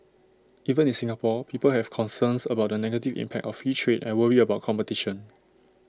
even in Singapore people have concerns about the negative impact of free trade and worry about competition